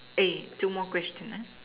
two more question